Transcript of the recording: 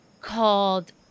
called